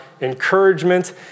encouragement